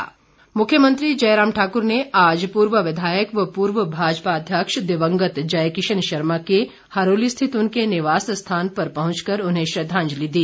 शोक मुख्यमंत्री जयराम ठाकुर ने आज पूर्व विधायक व पूर्व भाजपा अध्यक्ष दिवंगत जयकिशन शर्मा के हरोली स्थित उनके निवास स्थान पर पहुंच कर उन्हें श्रद्वांजलि दी